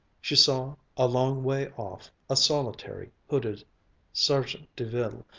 she saw, a long way off, a solitary hooded sergent de ville,